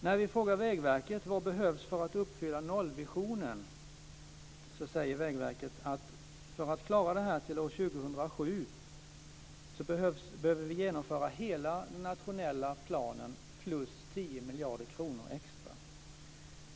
När vi frågar Vägverket vad som behövs för att man ska uppfylla nollvisionen säger Vägverket så här: För att klara av det här till år 2007 behöver vi genomföra hela den nationella planen, och så behövs det 10 miljarder kronor extra.